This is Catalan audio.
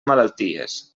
malalties